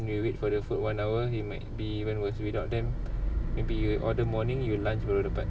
we wait for the food one hour it might be even worse without them maybe you order morning your lunch baru dapat